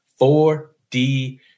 4D